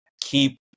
keep